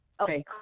Okay